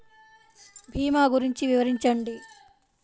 భీమా గురించి వివరించండి?